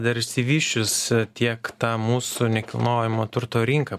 dar išsivysčius tiek ta mūsų nekilnojamo turto rinka